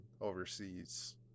overseas